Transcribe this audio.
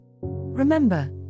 Remember